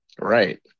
Right